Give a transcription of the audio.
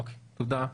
אוקיי, תודה.